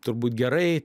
turbūt gerai